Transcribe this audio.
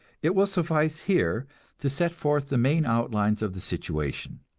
it will suffice here to set forth the main outlines of the situation.